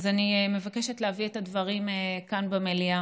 אני מבקשת להביא את הדברים כאן במליאה.